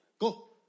Go